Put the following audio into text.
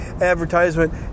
advertisement